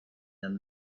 than